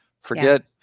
forget